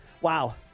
Wow